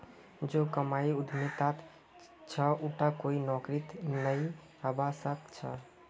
जो कमाई उद्यमितात छ उटा कोई नौकरीत नइ हबा स ख छ